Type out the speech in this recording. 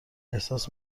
احساس